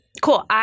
Cool